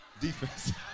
Defense